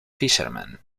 fisherman